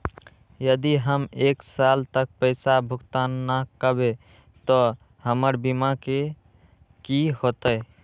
यदि हम एक साल तक पैसा भुगतान न कवै त हमर बीमा के की होतै?